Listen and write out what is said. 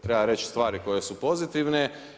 Treba reći stvari koje su pozitivne.